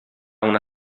una